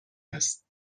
است